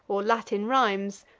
or latin rhymes,